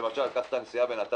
למשל ניקח את הנסיעה בנת"צים